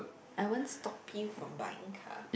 I won't stop you from buying car